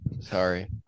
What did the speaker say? Sorry